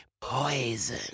poison